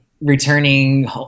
returning